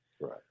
Right